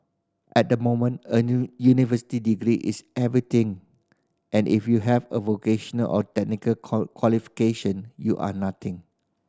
at the moment a new university degree is everything and if you have a vocational or technical qualification you are nothing